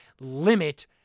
limit